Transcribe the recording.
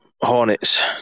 Hornets